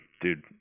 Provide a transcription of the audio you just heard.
dude